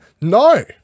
No